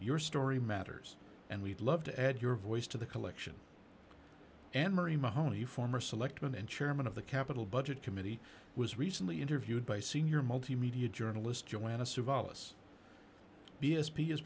your story matters and we'd love to add your voice to the collection and marie mahoney former selectman and chairman of the capital budget committee was recently interviewed by senior multimedia journalist joanna savalas b s